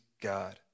God